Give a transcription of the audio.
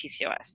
PCOS